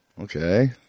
Okay